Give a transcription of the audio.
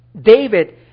David